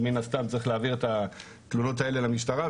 אז מן הסתם צריך להעביר את התלונות האלה למשטרה,